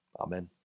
Amen